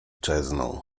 czezną